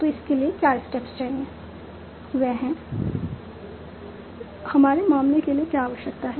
तो इसके लिए क्या स्टेप्स चाहिए वे हैं हमारे मामले के लिए क्या आवश्यक हैं